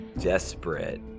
desperate